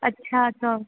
અચ્છા સો